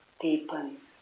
deepens